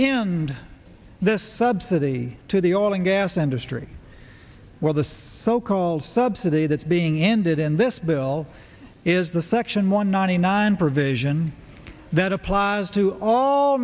subsidy to the oil and gas industry where the so called subsidy that's being ended in this bill is the section one ninety nine provision that applies to all